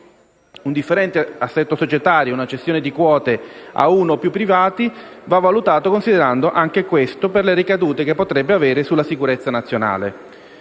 Un differente assetto societario, una cessione di quote a uno o più privati vanno valutati anche in considerazione delle ricadute che potrebbero avere sulla sicurezza nazionale.